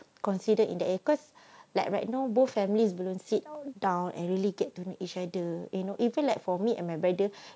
considered in the air because like right now both families belum sit down and really get to know each other you know even like for me and my brother